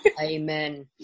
Amen